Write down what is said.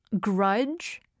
grudge